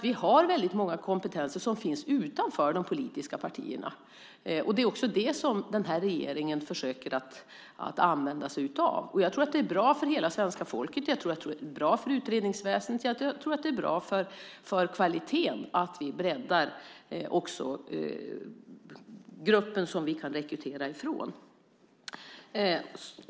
Vi har väldigt många kompetenser utanför de politiska partierna. Det är också det som den här regeringen försöker använda sig av. Jag tror att det är bra för hela svenska folket. Jag tror att det är bra utredningsväsendet och jag tror att det är bra för kvaliteten att vi breddar gruppen som vi kan rekrytera från.